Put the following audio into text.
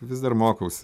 vis dar mokausi